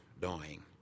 dying